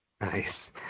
Nice